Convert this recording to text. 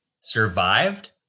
survived